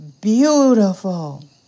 beautiful